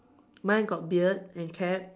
mine got beard and cap